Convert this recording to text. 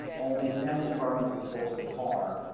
only then you permanently close the car.